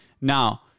Now